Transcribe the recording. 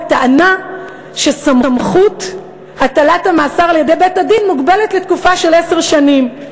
בטענה שסמכות הטלת המאסר על-ידי בית-הדין מוגבלת לתקופה של עשר שנים.